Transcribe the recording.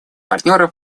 партнеров